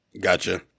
Gotcha